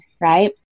right